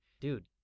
Dude